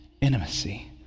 intimacy